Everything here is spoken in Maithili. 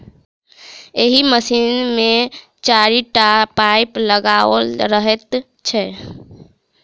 एहि मशीन मे चारिटा पाइप लगाओल रहैत छै